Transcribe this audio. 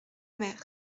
mer